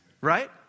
right